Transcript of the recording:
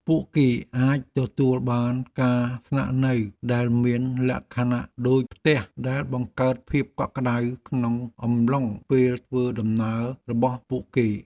ពួកគេអាចទទួលបានការស្នាក់នៅដែលមានលក្ខណៈដូចផ្ទះដែលបង្កើតភាពកក់ក្ដៅក្នុងអំឡុងពេលធ្វើដំណើររបស់ពួកគេ។